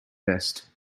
vest